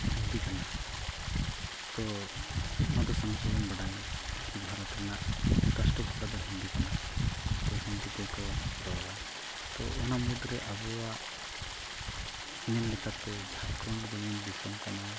ᱦᱤᱱᱫᱤ ᱠᱟᱱᱟ ᱛᱚ ᱱᱚᱣᱟ ᱫᱚ ᱥᱟᱱᱟᱢ ᱠᱚᱵᱚᱱ ᱵᱟᱰᱟᱭᱟ ᱠᱤ ᱵᱷᱟᱨᱚᱛ ᱨᱮᱱᱟᱜ ᱨᱟᱥᱴᱨᱚ ᱵᱷᱟᱥᱟ ᱫᱚ ᱦᱤᱱᱫᱤ ᱠᱟᱱᱟ ᱛᱚ ᱦᱤᱱᱫᱤ ᱛᱮᱠᱚ ᱨᱚᱲᱟ ᱛᱚ ᱚᱱᱟ ᱢᱩᱫᱽᱨᱮ ᱟᱵᱚᱣᱟᱜ ᱢᱮᱱ ᱞᱮᱠᱟᱛᱮ ᱡᱷᱟᱲᱠᱷᱚᱸᱰ ᱡᱮᱢᱚᱱ ᱫᱤᱥᱚᱢ ᱠᱟᱱᱟ